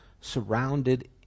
surrounded